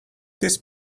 this